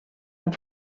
amb